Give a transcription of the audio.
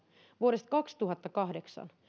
vuodesta kaksituhattakahdeksan